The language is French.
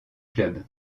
club